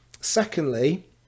Secondly